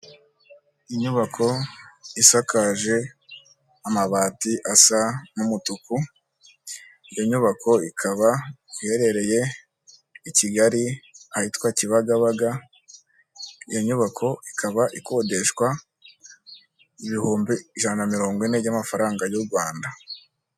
Inyubako isakaje amabati, asa n'umutuku, iyo nyubako ikaba iherereye i Kigali, ahitwa Kibagabaga, iyo nyubako ikaba ikodeshwa, ibihumbi ijana na mirongo ine, by'amafaranga y'u Rwanda.